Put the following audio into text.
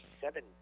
seven